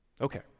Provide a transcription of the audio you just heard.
Okay